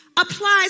applies